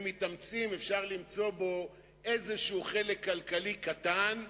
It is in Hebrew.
אם מתאמצים אפשר למצוא בו איזשהו חלק כלכלי קטן,